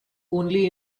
only